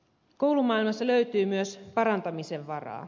koulumaailmasta löytyy myös parantamisen varaa